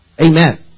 Amen